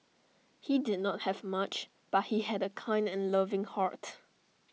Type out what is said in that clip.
he did not have much but he had A kind and loving heart